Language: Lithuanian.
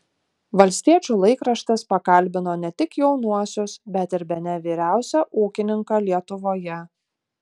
valstiečių laikraštis pakalbino ne tik jaunuosius bet ir bene vyriausią ūkininką lietuvoje